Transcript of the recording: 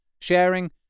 sharing